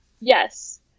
Yes